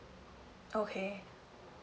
okay